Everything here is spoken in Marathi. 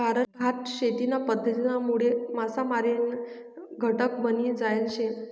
भात शेतीना पध्दतीनामुळे मासामारी घटक बनी जायल शे